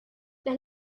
las